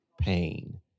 pain